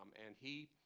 and he